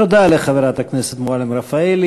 תודה לחברת הכנסת מועלם-רפאלי.